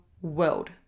world